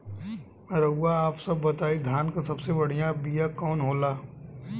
रउआ आप सब बताई धान क सबसे बढ़ियां बिया कवन होला?